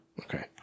Okay